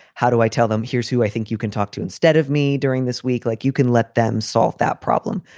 how do i tell them? here's who i think you can talk to instead of me during this week. like you can let them solve that problem.